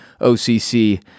OCC